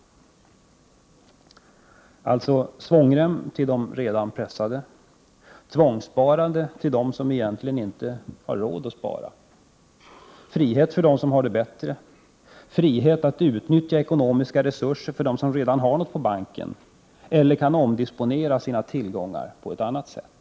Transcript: Det blir alltså fråga om följande: — Svångrem till de redan pressade. —- Tvångssparande för dem som egentligen inte har råd att spara. — Frihet för dem som har det bättre. — Frihet att utnyttja ekonomiska resurser för dem som redan har något på banken eller som kan omdisponera sina tillgångar på annat sätt.